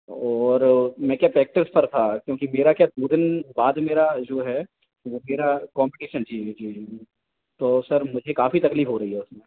और मैं क्या प्रेक्टिस पर था क्योंकि मेरा क्या दो दिन बाद मेरा जो है वह मेरा कॉम्पटीशन तो सर मुझे काफी तकलीफ हो रही है उसमें